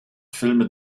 filme